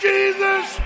Jesus